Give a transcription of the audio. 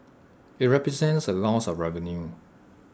IT represents A loss of revenue